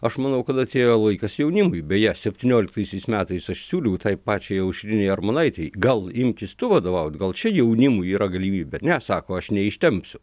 aš manau kad atėjo laikas jaunimui beje septynioliktaisiais metais aš siūliau tai pačiai aušrinei armonaitei gal imkis tu vadovaut gal čia jaunimui yra galimybė ne sako aš neištempsiu